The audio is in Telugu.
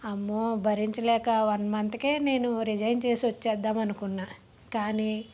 అమ్మో భరించలేక వన్ మంత్కే నేను రిజైన్ చేసి వచ్చేద్దామనుకున్నాను కానీ